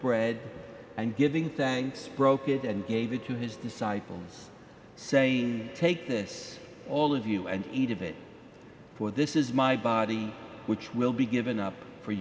bread and giving thanks broke it and gave it to his disciples saying take this all of you and eat of it for this is my body which will be given up for